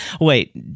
wait